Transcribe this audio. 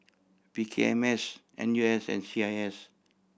P K M S N U S and C I S